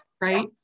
right